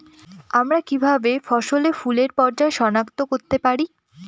আমরা কিভাবে ফসলে ফুলের পর্যায় সনাক্ত করতে পারি?